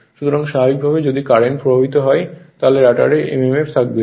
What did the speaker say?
সুতরাং স্বাভাবিকভাবেই যদি কারেন্ট প্রবাহিত হয় তাহলে রটারে mmf থাকবে